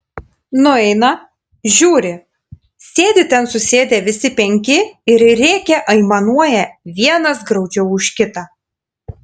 nueina žiūri sėdi ten susėdę visi penki ir rėkia aimanuoja vienas graudžiau už kitą